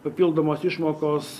papildomos išmokos